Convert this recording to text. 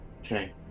Okay